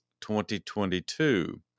2022